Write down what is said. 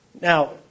Now